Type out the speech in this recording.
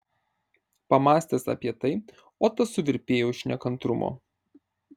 pamąstęs apie tai otas suvirpėjo iš nekantrumo